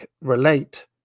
relate